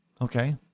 okay